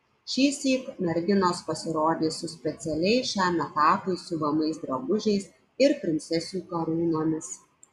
šįsyk merginos pasirodys su specialiai šiam etapui siuvamais drabužiais ir princesių karūnomis